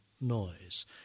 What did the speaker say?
Noise